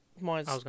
Mine's